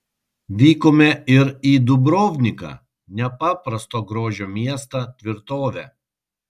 vykome ir į dubrovniką nepaprasto grožio miestą tvirtovę